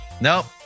nope